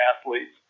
athletes